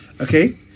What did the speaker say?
Okay